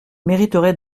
mériteraient